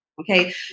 Okay